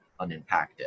unimpacted